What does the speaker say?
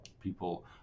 people